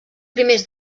primers